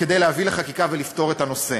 כדי להביא לחקיקה ולפתור את הנושא.